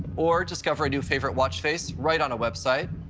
or discover a new favorite watch face right on a website,